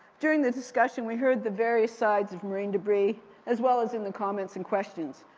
during the discussion we heard the various sides of marine debris as well as in the comments in questions.